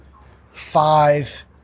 five